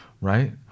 right